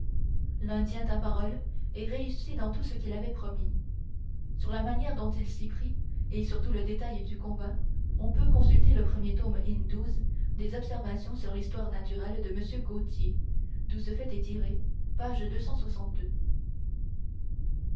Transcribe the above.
l'indien tint parole et réussit dans tout ce qu'il avait promis sur la manière dont il s'y prit et sur tout le détail du combat on peut consulter le premier tome in des observations sur l'histoire naturelle de m gautier d'où ce fait est tiré page